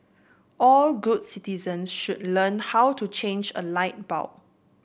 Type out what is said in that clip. all good citizen should learn how to change a light bulb